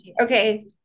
Okay